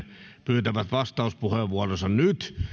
pyytävät vastauspuheenvuoronsa nyt